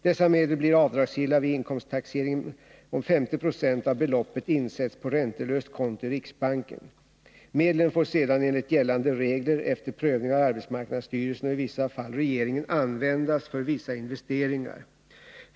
Dessa medel blir avdragsgilla vid inkomsttaxeringen om 50 Ze av beloppet insätts på räntelöst konto i riksbanken. Medlen får sedan enligt gällande regler, efter prövning av arbetsmarknadsstyrelsen och i vissa fall regeringen, användas för vissa investeringar.